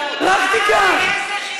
רק שתיקח.